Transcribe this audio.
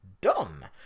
done